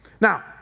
Now